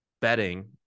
betting